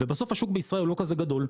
ובסוף השוק בישראל הוא לא כזה גדול,